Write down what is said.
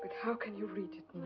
how can you read